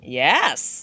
Yes